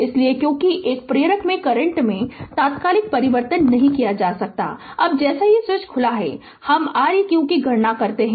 इसलिए क्योंकि एक प्रेरक में करंट में तात्कालिक परिवर्तन नहीं हो सकता है अब जैसे ही स्विच खुला है हम R eq की गणना करते हैं